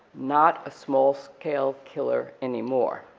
not a small-scale killer anymore.